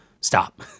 stop